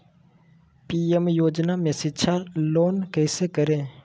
PM योजना में शिक्षा लोन कैसे करें?